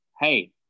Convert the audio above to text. hey